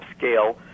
upscale